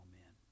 Amen